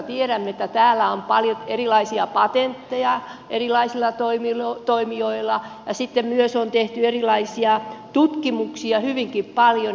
tiedämme että täällä on paljon erilaisia patentteja erilaisilla toimijoilla ja sitten myös on tehty erilaisia tutkimuksia hyvinkin paljon